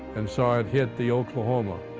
and saw it hit the oklahoma.